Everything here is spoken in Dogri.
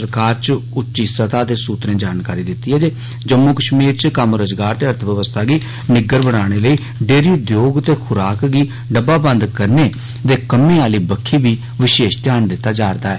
सरकार च उच्ची सतह दे सूत्रें जानकारी दित्ती ऐ जे जम्मू कश्मीर च कम्म रोजगार ते अर्थ बवस्था गी निग्गर बनाने लेई डेरी उद्योग ते खुराक गी डब्बा बंद करने दे कम्मे आली बक्खी बी विशेष ध्यान दित्ता जा'रदा ऐ